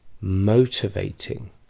motivating